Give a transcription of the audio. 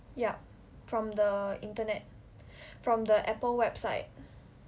yup from the internet from the Apple website